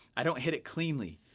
i don't hit it cleanly,